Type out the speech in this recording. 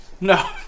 No